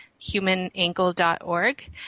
humanangle.org